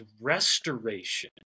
restoration